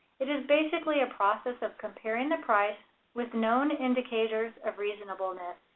it is basically a process of comparing the price with known indicators of reasonableness.